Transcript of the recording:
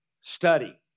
study